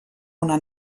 una